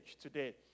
today